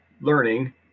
learning